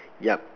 yup